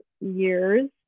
years